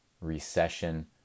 recession